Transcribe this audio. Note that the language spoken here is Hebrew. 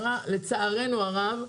לצערנו הרב,